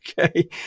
Okay